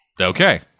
Okay